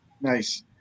Nice